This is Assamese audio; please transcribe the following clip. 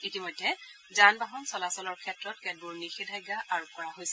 ইতিমধ্যে যান বাহন চলাচলৰ ক্ষেত্ৰত কেতবোৰ নিষেধাজ্ঞা আৰোপ কৰা হৈছে